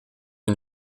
une